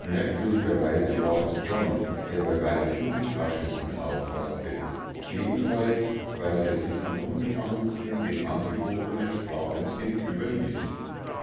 merkwürdigerweise war es john der bei weitem am raschesten auffaßte jedenfalls weil er sich am unbefangensten dem angeborenen sprachinstinkt überließ